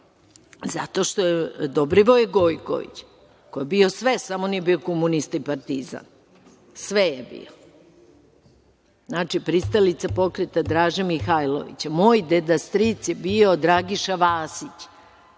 zato što je Dobrivoje Gojković, koji je bio sve, samo nije bio komunista i partizan, sve je bio, znači, pristalica pokreta Draže Mihailovića, moj deda stric je bio Dragiša Vasić.